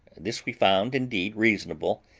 this we found, indeed, reasonable,